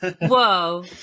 Whoa